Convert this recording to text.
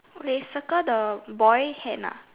okay circle the boy hand ah